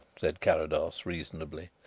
said carrados reasonably.